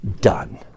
done